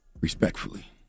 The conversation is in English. Respectfully